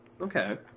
Okay